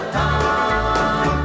time